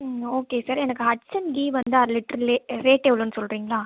ம் okay sir எனக்கு Hatsun ghee வந்து அரை லிட்ரு லே ரேட் எவ்வளோன்னு சொல்கிறிங்களா